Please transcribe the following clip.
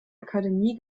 akademie